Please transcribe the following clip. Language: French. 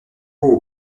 aux